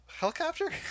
helicopter